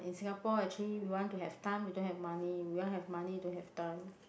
in Singapore actually we want to have time we don't have money we want have money we don't have time